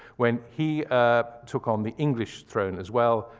when he took on the english throne as well,